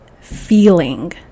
feeling